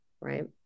right